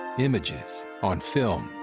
images on film.